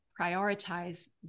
prioritize